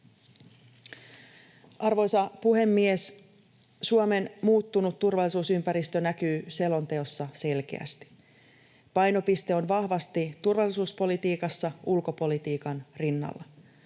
Arvoisa puhemies! Suomen muuttunut turvallisuusympäristö näkyy selonteossa selkeästi. Painopiste on vahvasti turvallisuuspolitiikassa ulkopolitiikan rinnalla.